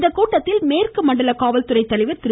இந்தக்கூட்டத்தில் மேற்கு மண்டல காவல்துறை தலைவர் திரு